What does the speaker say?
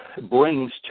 brings